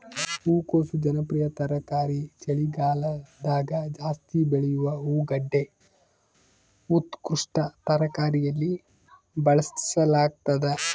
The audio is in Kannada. ಹೂಕೋಸು ಜನಪ್ರಿಯ ತರಕಾರಿ ಚಳಿಗಾಲದಗಜಾಸ್ತಿ ಬೆಳೆಯುವ ಹೂಗಡ್ಡೆ ಉತ್ಕೃಷ್ಟ ತರಕಾರಿಯಲ್ಲಿ ಬಳಸಲಾಗ್ತದ